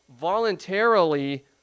voluntarily